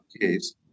case